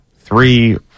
three